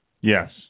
Yes